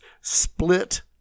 split